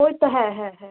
ওইত্তো হ্যাঁ হ্যাঁ হ্যাঁ